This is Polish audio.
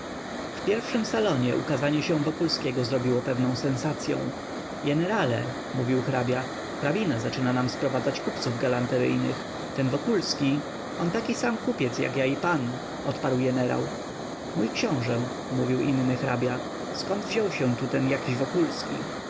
w pierwszym salonie ukazanie się wokulskiego zrobiło pewną sensacyą jenerale mówił hrabia hrabina zaczyna nam sprowadzać kupców galanteryjnych ten wokulski on taki kupiec jak ja i pan odparł jenerał mój książe mówił inny hrabia zkąd wziął się tu ten jakiś wokulski